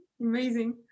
Amazing